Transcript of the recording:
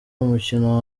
umukino